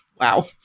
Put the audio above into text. Wow